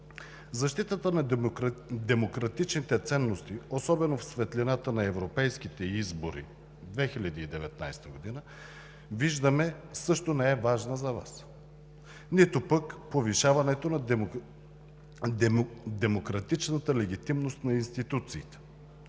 защитата на демократичните ценности, особено в светлината на европейските избори през 2019 г., виждаме – също не е важна за Вас, нито пък повишаването на демократичната легитимност на институциите.